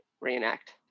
reenact